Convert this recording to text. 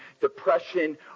depression